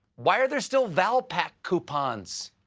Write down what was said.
why are there still valpak coupons?